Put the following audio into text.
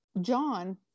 John